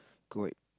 quite